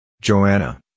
joanna